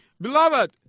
beloved